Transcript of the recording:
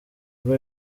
rwo